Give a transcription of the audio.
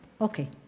Okay